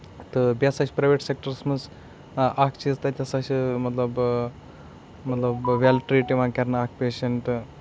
تہٕ بیٚیہِ ہسا چھُ پریویٹ سیکٹرَس منٛز اکھ چیٖز تَتہِ ہسا چھِ مطلب مطلب ویل ٹریٖٹ یِوان کرنہٕ اکھ پیشَنٹ